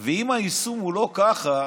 אם היישום הוא לא ככה,